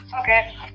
Okay